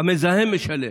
המזהם משלם.